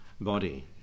body